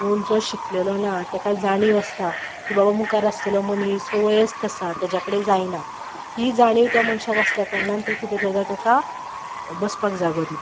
पूण जो शिकलेलो ना ताका जाणीव आसता की बाबा मुखार आसलेलो मनीस हो वयस्थ आसा ताज्या कडेन जायना ही जाणीव त्या मनशाक आसल्या कारणान ते किदें करता ताका बसपाक जागो दिता